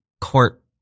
court